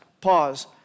Pause